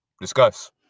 Discuss